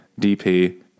DP